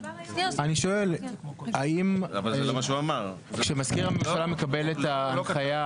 אני שואל האם כשמזכיר הממשלה מקבל את ההנחיה